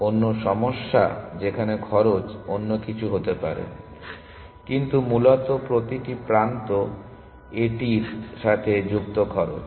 অন্য সমস্যা যেখানে খরচ অন্য কিছু হতে পারে কিন্তু মূলত প্রতিটি প্রান্ত এটি এর সাথে যুক্ত খরচ